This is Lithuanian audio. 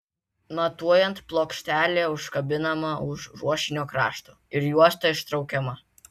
matuojant plokštelė užkabinama už ruošinio krašto ir juosta ištraukiama